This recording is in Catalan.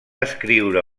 escriure